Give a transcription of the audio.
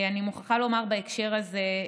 אני מוכרחה לומר בהקשר הזה,